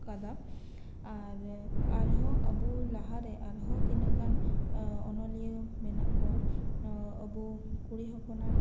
ᱟᱠᱟᱫᱟ ᱟᱨ ᱟᱨᱦᱚᱸ ᱟᱹᱵᱩ ᱞᱟᱦᱟᱛᱮ ᱟᱨᱦᱚᱸ ᱛᱤᱱᱟᱜ ᱜᱟᱱ ᱚᱱᱚᱞᱤᱭᱟᱹ ᱢᱮᱱᱟᱜ ᱠᱚᱣᱟ ᱟᱵᱩ ᱠᱩᱲᱤ ᱦᱚᱯᱚᱱᱟᱜ